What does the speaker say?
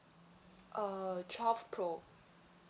uh twelve pro